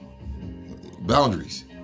boundaries